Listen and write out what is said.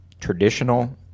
traditional